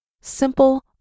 Simple